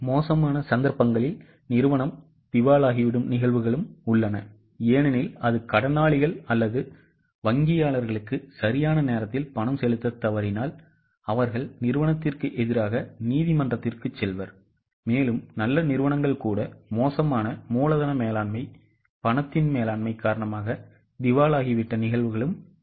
மோசமான சந்தர்ப்பங்களில் நிறுவனம் திவாலாகிவிடும் நிகழ்வுகளும் உள்ளன ஏனெனில் அது கடனாளிகள் அல்லது வங்கியாளர்களுக்கு சரியான நேரத்தில் பணம் செலுத்தத் தவறினால் அவர்கள் நிறுவனத்திற்கு எதிராக நீதிமன்றத்திற்குச் செல்வர் மேலும் நல்ல நிறுவனங்கள் கூட மோசமான மூலதன மேலாண்மை பணத்தின் மேலாண்மை காரணமாக திவாலாகிவிட்ட நிகழ்வுகளும் உள்ளன